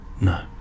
no